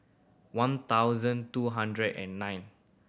one thousand two hundred and nine